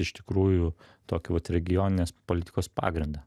iš tikrųjų tokį vat regioninės politikos pagrindą